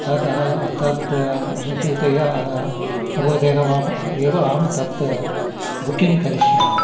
तद् तद् अनुसृत्य अतः रोदेन वाम् एव अहं तत् बुकिङ्ग् करिष्यामि